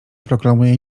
proklamuje